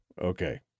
okay